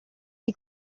dei